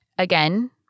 Again